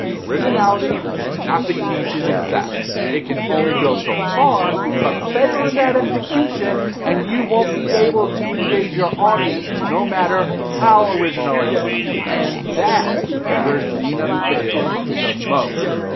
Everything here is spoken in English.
originality is not the key to success. it can only go so far, but fail in that execution and you won't be able to engage your audience no matter how original it is. and that's where zenith fails the most.